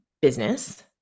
business